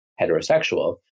heterosexual